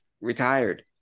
retired